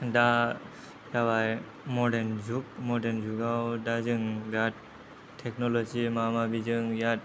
दा जाबाय मडार्न जुग मडार्न जुगाव दा जों दा टेकनलजिजों बा माबा माबिजों बिराद